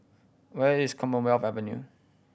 where is Commonwealth Avenue